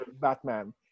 Batman